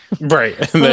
Right